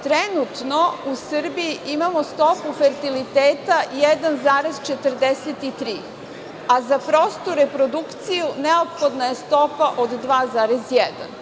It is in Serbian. Trenutno u Srbiji imamo stopu fertiliteta 1,43%, a za prostu reprodukciju neophodna je stopa od 2,1%